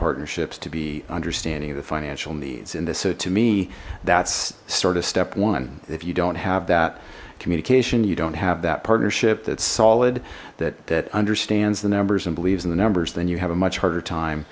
partnerships to be understanding of the financial needs and this so to me that's sort of step one if you don't have that communication you don't have that partnership that's solid that that understands the numbers and believes and the numbers then you have a much harder time